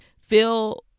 feel